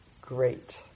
great